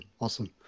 awesome